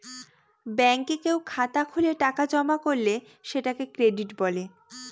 ব্যাঙ্কে কেউ খাতা খুলে টাকা জমা করলে সেটাকে ক্রেডিট বলে